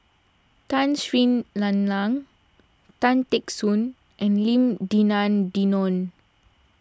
Tun Sri Lanang Tan Teck Soon and Lim Denan Denon